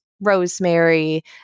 rosemary